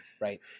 Right